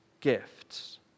gifts